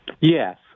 Yes